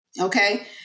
Okay